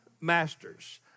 masters